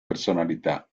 personalità